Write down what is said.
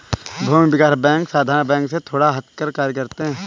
भूमि विकास बैंक साधारण बैंक से थोड़ा हटकर कार्य करते है